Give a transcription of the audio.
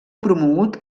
promogut